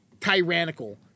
tyrannical